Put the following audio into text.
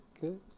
good